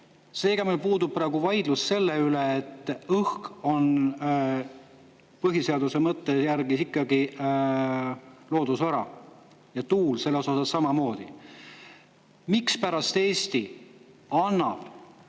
Seega meil puudub praegu vaidlus selle üle, et õhk on põhiseaduse mõtte järgi ikkagi loodusvara ja tuul selles mõttes samamoodi. Mispärast Eesti annab